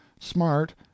smart